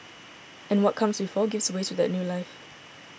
and what comes before gives way to that new life